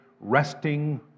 resting